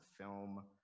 film